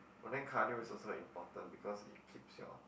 but then cardio is also important because it keeps your